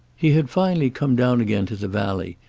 he had finally come down again to the valley,